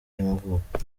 y’amavuko